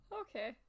Okay